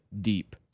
deep